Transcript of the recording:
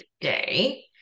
today